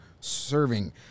serving